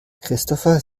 christopher